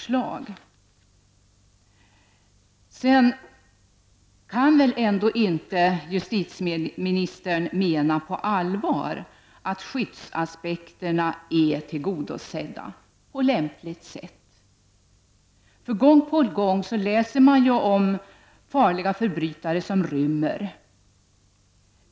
Justitieministern kan väl ändå inte på allvar mena att skyddsaspekterna är tillgodosedda på lämpligt sätt. Gång på gång läser man ju om farliga förbrytare som rymmer.